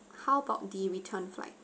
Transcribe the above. how about the return flight